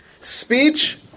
Speech